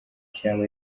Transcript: cyaba